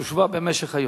יושבע במשך היום.